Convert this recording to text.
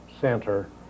Center